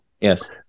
Yes